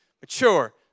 mature